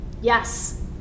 Yes